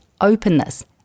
openness